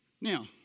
Now